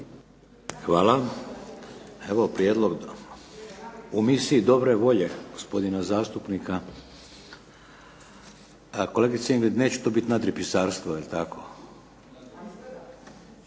Hvala. Evo prijedlog u misiji dobre volje gospodina zastupnika. Kolegice Ingrid neće to biti nadripisarstvo jel tako.